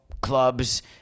clubs